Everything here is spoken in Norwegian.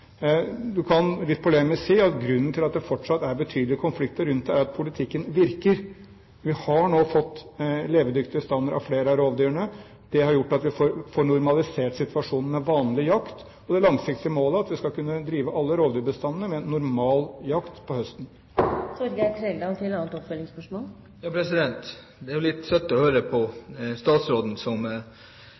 kan litt polemisk si at grunnen til at det fortsatt er betydelige konflikter rundt dette, er at politikken virker. Vi har nå fått levedyktige bestander av flere av rovdyrene. Det har gjort at vi får normalisert situasjonen med vanlig jakt. Det langsiktige målet er at vi skal kunne drive alle rovdyrbestandene med normal jakt på høsten. Det er jo litt søtt å høre på statsråden, som